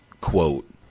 quote